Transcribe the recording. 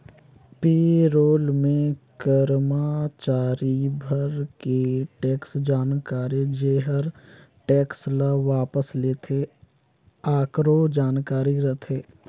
पे role मे करमाचारी भर के टेक्स जानकारी जेहर टेक्स ल वापस लेथे आकरो जानकारी रथे